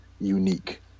unique